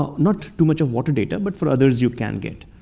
not too much of water data, but for others, you can get.